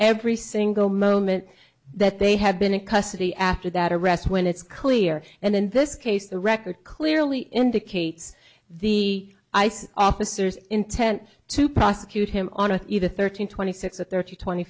every single moment that they have been in custody after that arrest when it's clear and in this case the record clearly indicates the ice officers intent to prosecute him on a either thirteen twenty six or thirty twenty